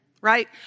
right